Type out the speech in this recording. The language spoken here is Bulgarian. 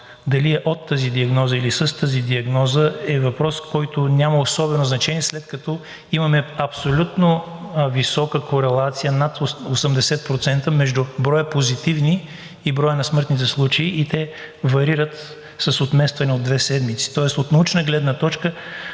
Дали е от тази диагноза, или с тази диагноза е въпрос, който няма особено значение, след като имаме абсолютно висока корелация – над 80% между брой позитивни и броя на смъртните случаи и те варират с отместване от две седмици.